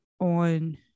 on